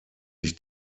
sich